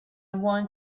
want